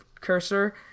cursor